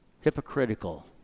hypocritical